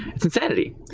it's insanity,